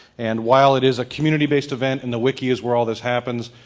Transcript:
and while it is a community based event and the wiki is where all this happens,